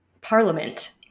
parliament